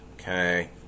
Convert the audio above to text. Okay